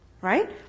right